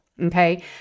okay